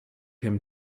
him